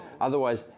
Otherwise